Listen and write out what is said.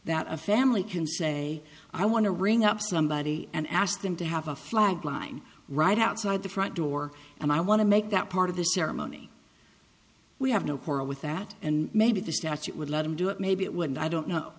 that a family can say i want to ring up somebody and ask them to have a flag flying right outside the front door and i want to make that part of the ceremony we have no quarrel with that and maybe the statute would let him do it maybe it would i don't know